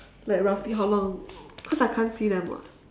like roughly how long cause I can't see them [what]